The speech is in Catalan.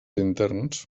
interns